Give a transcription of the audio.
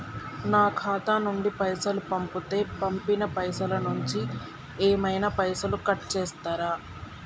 నా ఖాతా నుండి పైసలు పంపుతే పంపిన పైసల నుంచి ఏమైనా పైసలు కట్ చేత్తరా?